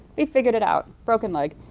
they figured it out, broken leg,